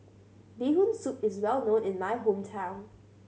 Bee Hoon Soup is well known in my hometown